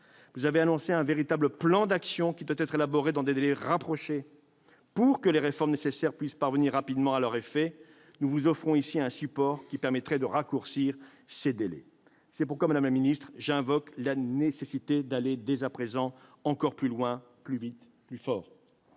Vous avez annoncé un « véritable plan d'action », qui « doit être élaboré dans des délais rapprochés pour que les réformes nécessaires puissent intervenir rapidement ». Nous vous offrons ici un support qui permettrait de raccourcir ces délais. C'est pourquoi, madame la garde des sceaux, j'invoque la nécessité d'aller dès à présent encore plus loin, plus vite, plus fort.